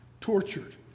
tortured